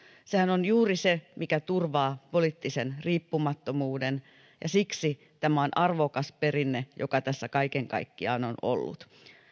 sehän on juuri se mikä turvaa poliittisen riippumattomuuden ja siksi tämä on arvokas perinne joka tässä kaiken kaikkiaan on ollut